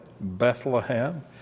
Bethlehem